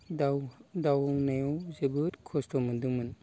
दावनायाव जोबोद खस्त' मोन्दोंमोन